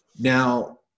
now